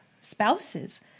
spouses